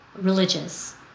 religious